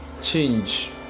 change